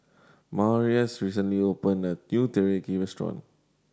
Marius recently opened a new Teriyaki Restaurant